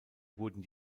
wurden